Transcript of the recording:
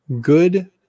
good